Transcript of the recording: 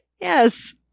Yes